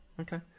Okay